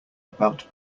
about